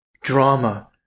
drama